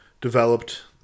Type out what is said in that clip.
developed